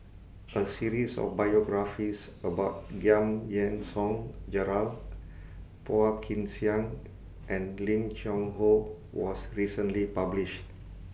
A series of biographies about Giam Yean Song Gerald Phua Kin Siang and Lim Cheng Hoe was recently published